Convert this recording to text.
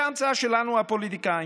זו המצאה שלנו, הפוליטיקאים,